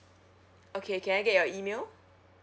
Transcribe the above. okay can I get your email